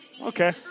Okay